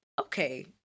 Okay